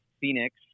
Phoenix